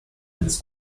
eines